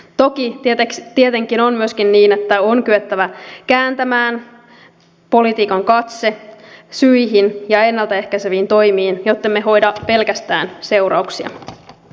toki tietenkin on myöskin niin että on kyettävä kääntämään politiikan katse syihin ja ennaltaehkäiseviin toimiin jottemme hoida pelkästään seurauksia